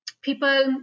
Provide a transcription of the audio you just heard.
People